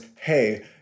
Hey